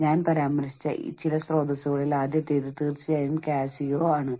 ഞാൻ ഉപയോഗിച്ച മറ്റ് paper Dickson Swift Associates Dickson Swift Associates ആണ്